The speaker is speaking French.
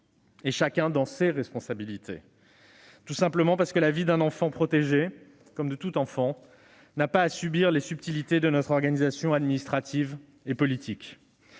prendre ses responsabilités, tout simplement parce que la vie d'un enfant protégé, comme celle de tout enfant, n'a pas à pâtir des subtilités de notre organisation administrative et politique.